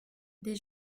des